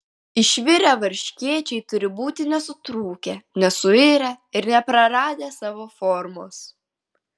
išvirę varškėčiai turi būti nesutrūkę nesuirę ir nepraradę savo formos